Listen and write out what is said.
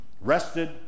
Rested